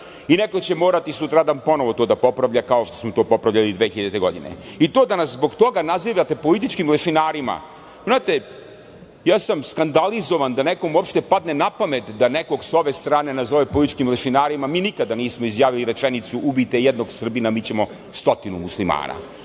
Neko će morati sutradan ponovo to da popravlja, kao što smo to popravljali 2000. godine. To da nas zbog toga nazivate političkim lešinarima… Znate, ja sam skandalizovan da nekom uopšte padne na pamet da nekog sa ove strane nazove političkim lešinarima. Mi nikada nismo izjavili rečenicu – ubijte jednog Srbina, mi ćemo stotinu Muslimana.